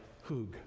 hoog